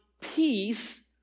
peace